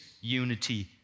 unity